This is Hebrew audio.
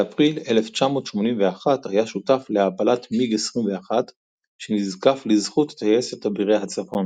באפריל 1981 היה שותף להפלת מיג 21 שנזקף לזכות טייסת אבירי הצפון.